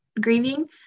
grieving